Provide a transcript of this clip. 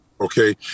okay